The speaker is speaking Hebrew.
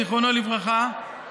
זיכרונו לברכה,